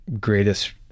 greatest